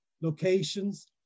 locations